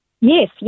Yes